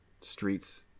streets